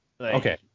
Okay